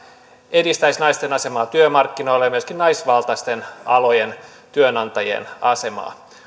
edistäisi naisten asemaa työmarkkinoilla ja myöskin naisvaltaisten alojen työnantajien asemaa